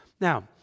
Now